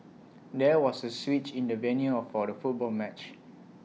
there was A switch in the venue for the football match